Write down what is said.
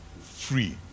free